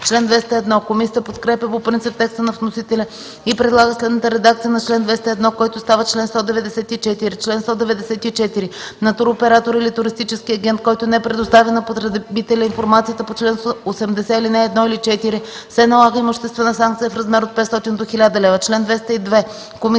500 лв.” Комисията подкрепя по принцип текста на вносителя и предлага следната редакция на чл. 201, който става чл. 194: „Чл. 194. На туроператор или туристически агент, който не предостави на потребителя информацията по чл. 80, ал. 1 или 4, се налага имуществена санкция в размер от 500 до 1000 лв.” Комисията подкрепя по принцип текста на вносителя и предлага следната редакция на чл. 202, който става чл. 195: